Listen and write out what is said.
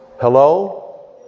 Hello